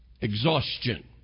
Exhaustion